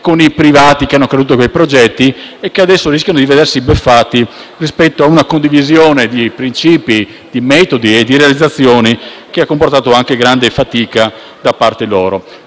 con i privati che hanno creduto a quei progetti e che adesso rischiano di vedersi beffati rispetto ad una condivisione di principi, di metodi e di realizzazioni che ha comportato anche grande fatica da parte loro.